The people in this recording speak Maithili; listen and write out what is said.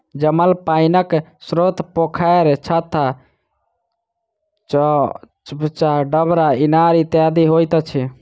जमल पाइनक स्रोत पोखैर, खत्ता, चभच्चा, डबरा, इनार इत्यादि होइत अछि